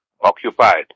occupied